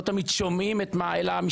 לא תמיד שומעים את מה העלנו,